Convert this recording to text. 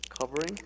Covering